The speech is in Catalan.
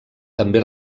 també